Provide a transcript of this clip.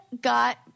got